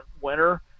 winner